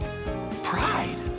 Pride